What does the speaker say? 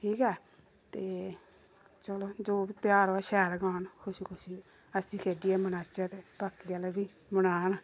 ठीक ऐ ते चलो जो बी ध्यार होऐ शैल गै औन खुशी खुशी हस्सी खेढ़ियै मनाचै ते बाकी आह्ले बी मनान